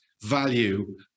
value